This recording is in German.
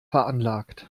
veranlagt